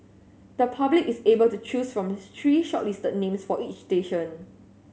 the public is able to choose from three shortlisted names for each station